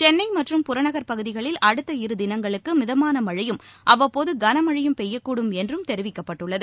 சென்னை மற்றும் புறநகர்ப் பகுதிகளில் அடுத்த இரு தினங்களுக்கு மிதமான மழழயும் அவ்வப்போது கனமழையும் பெய்யக்கூடும் என்றும் தெரிவிக்கப்பட்டுள்ளது